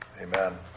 Amen